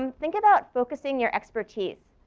um think about focusing your expertise.